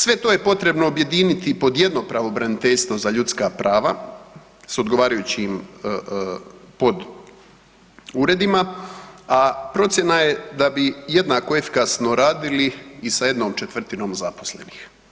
Sve to je potrebno objediniti pod jedno pravobraniteljstvo za ljudska prava sa odgovarajućim pod uredima, a procjena je da bi jednako efikasno radili i sa jednom četvrtinom zaposlenih.